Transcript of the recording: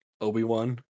Obi-Wan